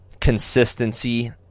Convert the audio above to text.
consistency